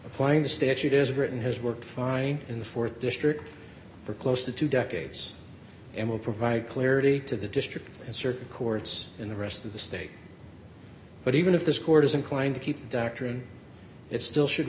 applying statute is written has worked fine in the th district for close to two decades and will provide clarity to the district and certain courts in the rest of the state but even if this court is inclined to keep the doctrine it still should